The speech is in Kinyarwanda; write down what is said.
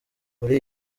muri